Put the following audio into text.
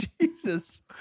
Jesus